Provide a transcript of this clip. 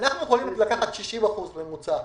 יכולים לקחת 60% בממוצע.